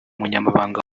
munyamabanga